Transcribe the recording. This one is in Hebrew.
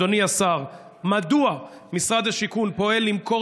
אדוני השר: 1. מדוע משרד השיכון פועל למכור